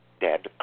dead